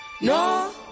No